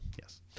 yes